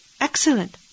Excellent